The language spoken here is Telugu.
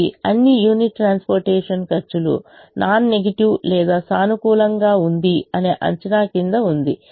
ఇది అన్ని యూనిట్ ట్రాన్స్పోర్టేషన్ ఖర్చులు నాన్ నెగిటివ్ లేదా సానుకూలంగా ఉంది అనే అంచనా కింద ఉంది